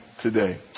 today